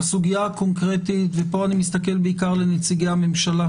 הסוגיה הקונקרטית ופה אני מסתכל בעיקר על נציגי הממשלה